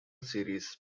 series